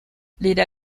lira